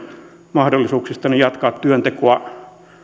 mahdollisuuksistani jatkaa työntekoa